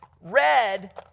red